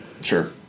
Sure